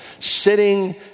sitting